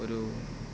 ഒരു